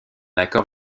accord